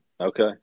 okay